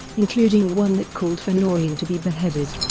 including one that called for noreen to be beheaded.